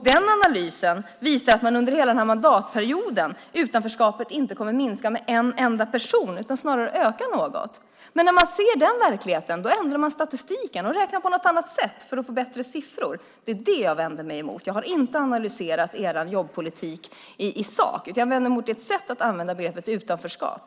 Den analysen visar att utanförskapet under hela den här mandatperioden inte kommer att minska med en enda person utan snarare öka något. När man ser den verkligheten ändrar man statistiken och räknar på något annat sätt för att få bättre siffror. Det är det jag vänder mig emot. Jag har inte analyserat er jobbpolitik i sak. Jag vänder mig emot ert sätt att använda begreppet utanförskap.